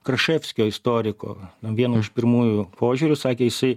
kraševskio istoriko vieno iš pirmųjų požiūrio sakė jisai